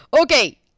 Okay